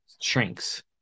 shrinks